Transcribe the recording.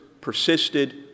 persisted